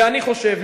ואני חושב,